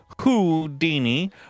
Houdini